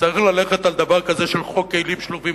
צריך ללכת על דבר כזה של חוק כלים שלובים,